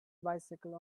bicycle